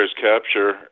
capture